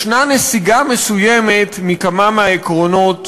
יש נסיגה מסוימת מכמה מהעקרונות